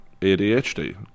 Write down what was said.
ADHD